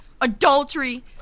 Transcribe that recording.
Adultery